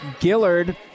Gillard